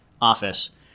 office